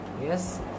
Yes